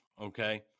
Okay